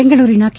ಬೆಂಗಳೂರಿನ ಕೆ